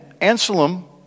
Anselm